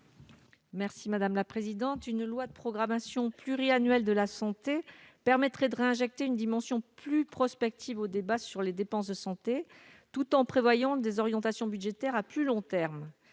Mme Florence Lassarade. Une loi de programmation pluriannuelle de la santé permettrait de réinjecter une dimension plus prospective dans le débat sur les dépenses de santé, tout en prévoyant des orientations budgétaires à plus long terme.